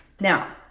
Now